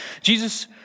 Jesus